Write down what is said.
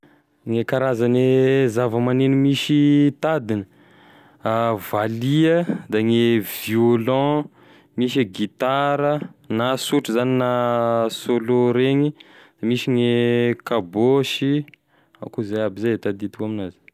Gne karazane zavamegneno miy tadiny, valiha da gne violon, misy e gitara na sotry zany na sôlô reny, misy gne kabôsy akoa zay aby zay e tadidiko aminazy.